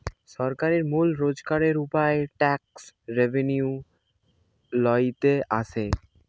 সরকারের মূল রোজগারের উপায় ট্যাক্স রেভেন্যু লইতে আসে